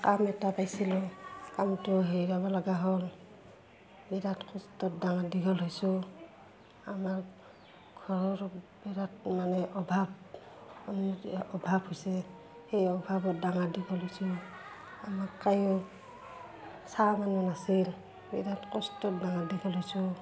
কাম এটা পাইছিলোঁ কামটো হেৰোৱাব লগা হ'ল বিৰাট কষ্টত ডাঙৰ দীঘল হৈছোঁ আমাৰ ঘৰৰ বিৰাট মানে অভাৱ অভাৱ হৈছে সেই অভাৱত ডাঙৰ দীঘল হৈছোঁ আমাক কোনো চোৱা মানুহ নাছিল বিৰাট কষ্টত ডাঙৰ দীঘল হৈছোঁ